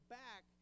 back